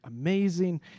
amazing